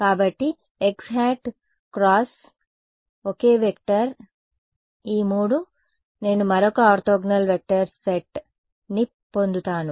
కాబట్టి x టోపీ cross ఒకే వెక్టార్ ఈ మూడు నేను మరొక ఆర్తోగోనల్ వెక్టర్స్ సెట్ ని పొందుతాను